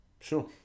Sure